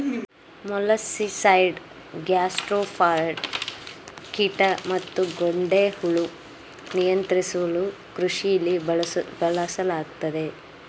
molluscicide gastropod ಕೀಟ ಮತ್ತುಗೊಂಡೆಹುಳು ನಿಯಂತ್ರಿಸಲುಕೃಷಿಲಿ ಬಳಸಲಾಗ್ತದೆ